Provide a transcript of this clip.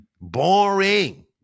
boring